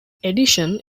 edition